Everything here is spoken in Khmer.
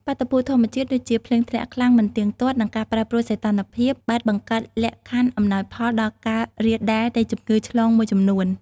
បាតុភូតធម្មជាតិដូចជា ភ្លៀងធ្លាក់ខ្លាំងមិនទៀងទាត់ និងការប្រែប្រួលសីតុណ្ហភាព បានបង្កើតលក្ខខណ្ឌអំណោយផលដល់ការរាលដាលនៃជំងឺឆ្លងមួយចំនួន។